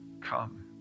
come